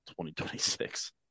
2026